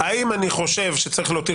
העובדה שהזכות להפגין